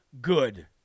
good